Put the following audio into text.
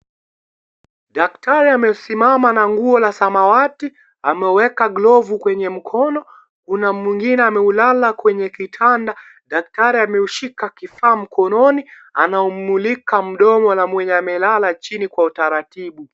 Daktari amesimama na nguo la samawati ameweka glou kwenye mkono ,kuna mwingine ameulala kwenye kitanda. Daktari ameushika kifaa mkononi anaumulika mdomo ya mwenye amelala chini Kwa utaratibu.